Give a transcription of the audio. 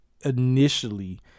initially